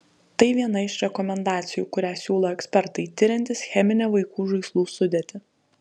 tai viena iš rekomendacijų kurią siūlo ekspertai tiriantys cheminę vaikų žaislų sudėtį